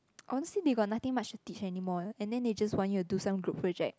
honestly we got nothing much to teach anymore and then they just want you to do some group project